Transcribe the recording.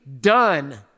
done